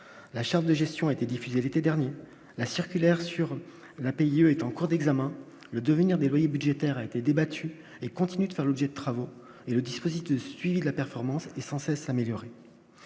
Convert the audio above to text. la charte de gestion a été diffusée l'été dernier, la circulaire sur la pays est en cours d'examen, le devenir des loyers budgétaires a été débattue et continue de faire l'objet de travaux et le dispositif de suivi de la performance et sans cesse améliorer.